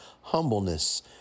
Humbleness